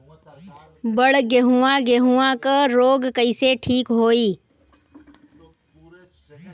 बड गेहूँवा गेहूँवा क रोग कईसे ठीक होई?